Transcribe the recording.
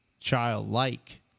childlike